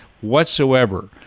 whatsoever